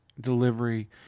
delivery